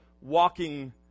walking